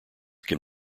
can